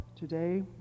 today